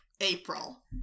April